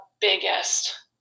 biggest